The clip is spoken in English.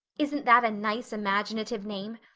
isn't that a nice imaginative name?